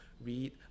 read